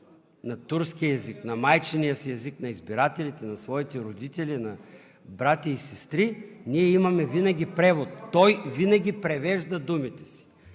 на турски език, на майчиния си език, на избирателите, на своите родители, на братя и сестри, ние имаме винаги превод. Той винаги превежда думите си.